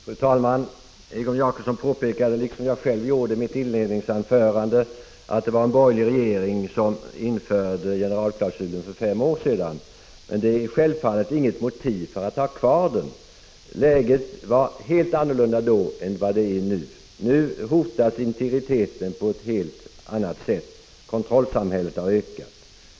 Fru talman! Egon Jacobsson påpekade, liksom jag själv gjorde i mitt 11 december 1985 inledningsanförande, att det var en borgerlig regering som införde generalklausulen för fem år sedan. Men det är självfallet inget motiv för att ha den kvar. Läget var helt annorlunda då än vad det är nu. Integriteten hotas nu på ett helt annat sätt. Kontrollsamhällets verksamhet har ökat.